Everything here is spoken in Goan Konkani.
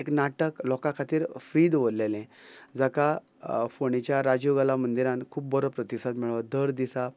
एक नाटक लोकां खातीर फ्री दवरलेलें जाका फोंडेच्या राजीव कला मंदिरान खूब बरो प्रतिसाद मेळ्ळो दर दिसा